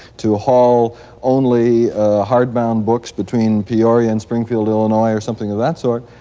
to haul only hardbound books between peoria and springfield, illinois or something of that sort,